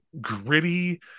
gritty